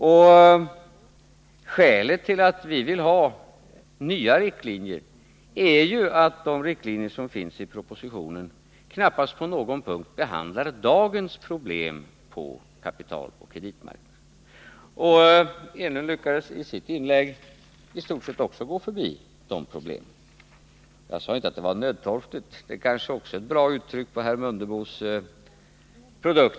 Och skälet till att vi vill ha nya riktlinjer är ju att de riktlinjer som finns i propositionen knappast på någon punkt behandlar dagens problem på kapitaloch kreditmarknaden. Eric Enlund lyckades i sitt inlägg i stort sett också gå förbi de problemen. Jag sade inte att det var ”nödtorftigt”. Det kanske är ett bra uttryck när det gäller herr Mundebos propositioner.